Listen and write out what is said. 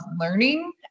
learning